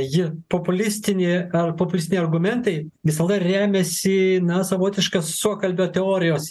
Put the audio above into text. ji populistinė ar populistiniai argumentai visada remiasi na savotiškas suokalbio teorijos